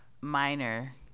minor